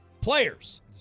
players